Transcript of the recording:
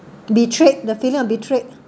betrayed the feeling of betrayed